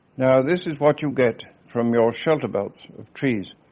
now, this is what you get from your shelterbelts of trees,